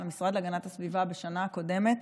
של המשרד להגנת הסביבה בשנה הקודמת.